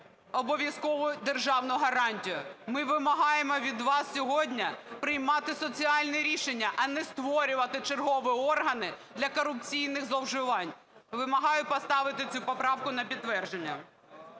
обов'язкову державну гарантію. Ми вимагаємо від вас сьогодні приймати соціальні рішення, а не створювати чергові органи для корупційних зловживань. Вимагаю поставити цю поправку на підтвердження.